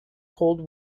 cold